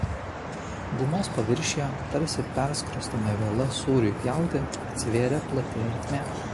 gumos paviršiuje tarsi perskrostame viela sūriui pjauti atsivėrė plati ertmė